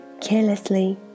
carelessly